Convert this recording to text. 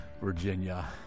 Virginia